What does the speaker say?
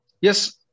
Yes